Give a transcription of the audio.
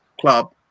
club